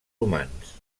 humans